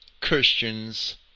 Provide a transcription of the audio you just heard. Christians